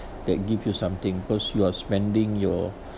that give you something cause you are spending your